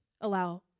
allow